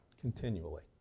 continually